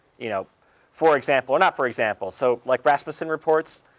you know for example or not for example. so like rasmussen reports,